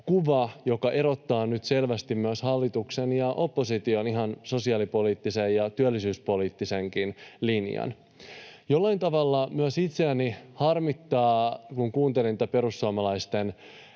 kuva, joka erottaa nyt selvästi myös hallituksen ja opposition ihan sosiaalipoliittisen ja työllisyyspoliittisenkin linjan. Jollain tavalla myös itseäni harmittaa, kun kuuntelin perussuomalaisten